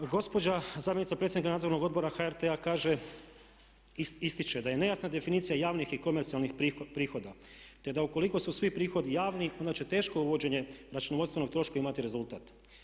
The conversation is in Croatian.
Gospođa zamjenica predsjednika Nadzornog odbora HRT-a kaže i ističe da je nejasna definicija javnih i komercijalnih prihoda te da ukoliko su svi prihodi javni onda će teško uvođenje računovodstvenih troškova imati rezultat.